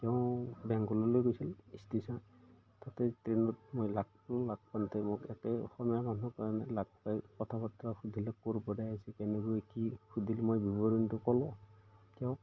তেওঁ বেংগললৈ গৈছিল ষ্টেচন তাতে ট্ৰেইনত মই লাগ পালোঁ লাগ পাওঁতে মোক একে অসমীয়া মানুহ কাৰণে লাগ পাই কথা বাত্ৰা সুধিলে ক'ৰপৰা আহিছে কেনেকৈ কি সুধিল মই বিৱৰণটো কলোঁ তেওঁক